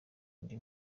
indi